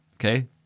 Okay